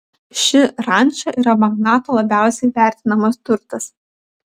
ši ranča yra magnato labiausiai vertinamas turtas